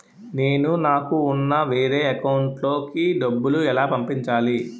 నేను నాకు ఉన్న వేరే అకౌంట్ లో కి డబ్బులు ఎలా పంపించాలి?